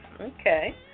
okay